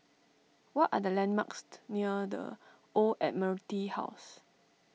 what are the landmarks near the Old Admiralty House